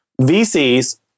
VCs